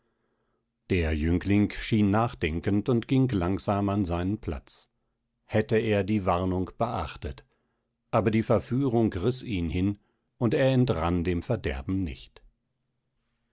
der jüngling schien nachdenkend und ging langsam an seinen platz hätte er die warnung beachtet aber die verführung riß ihn hin und er entrann dem verderben nicht